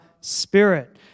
Spirit